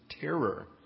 terror